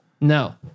No